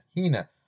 Hina